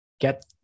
Get